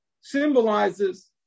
symbolizes